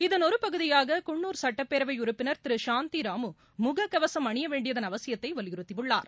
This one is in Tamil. இதன் ஒருபகுதியாக குன்னூர் சட்டப்பேரவை உறுப்பினா் திரு சாந்தி ராமு முகக்கவசம் அணிய வேண்டியதன் அவசியத்தை வலியுறுத்தியுள்ளார்